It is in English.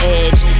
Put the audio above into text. edge